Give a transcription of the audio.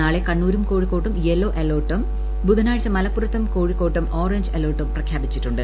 നാളെ കണ്ണൂരും കോഴിക്കോട്ടും യെല്ലോ അലർട്ടും ബുധനാഴ്ച മലപ്പുറത്തും കോഴിക്കോട്ടും ഓറഞ്ച് അലർട്ടും പ്രഖ്യാപിച്ചിട്ടുണ്ട്